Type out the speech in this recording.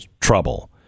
trouble